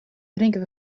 drinken